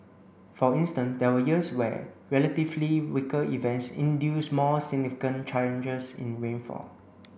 for instance there were years where relatively weaker events induced more significant changes in rainfall